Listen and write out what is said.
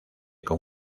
con